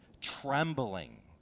trembling